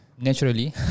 Naturally